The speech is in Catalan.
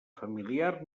familiar